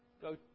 go